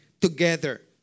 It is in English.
together